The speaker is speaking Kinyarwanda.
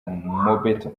mobeto